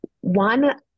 one